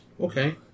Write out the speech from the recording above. Okay